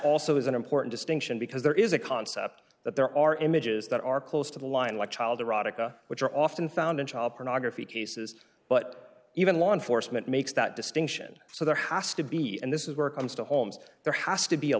also is an important distinction because there is a concept that there are images that are close to the line like child erotica which are often found in child pornography cases but even law enforcement makes that distinction so there has to be and this is where comes to holmes there has to be a